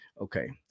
Okay